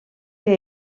que